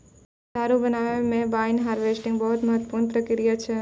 दारु बनाबै मे वाइन हार्वेस्टिंग बहुते महत्वपूर्ण प्रक्रिया छै